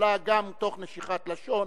שיכולה גם תוך נשיכת לשון